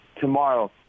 tomorrow